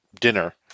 dinner